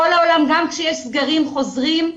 בכל העולם גם כשיש סגרים חוזרים,